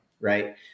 right